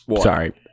Sorry